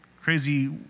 crazy